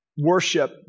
worship